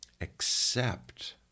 accept